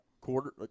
quarter